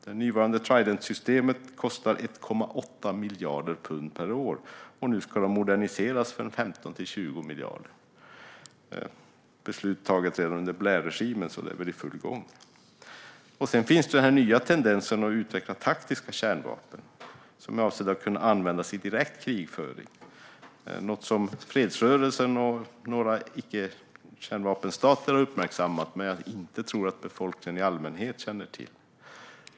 Det nuvarande Tridentsystemet kostar 1,8 miljarder pund per år, och nu ska dessa vapen moderniseras för 15-20 miljarder. Beslut om det togs redan under Blairregimen, så det är väl i full gång. Sedan finns den här nya tendensen att utveckla taktiska kärnvapen som är avsedda att kunna användas i direkt krigföring, något som fredsrörelsen och några icke-kärnvapenstater har uppmärksammat men jag som tror att befolkningen i allmänhet inte känner till.